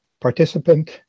participant